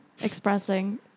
expressing